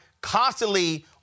constantly